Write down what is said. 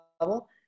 level